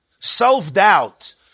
Self-doubt